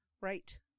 Right